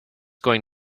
going